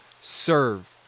serve